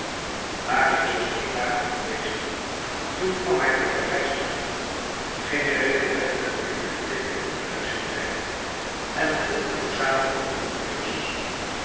marius was drie dagen afwezig toen kwam hij te parijs terug ging regelrecht naar de bibliotheek der universiteit en vroeg de verzamelde moniteurs